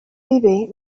viver